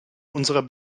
unserer